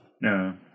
No